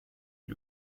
gli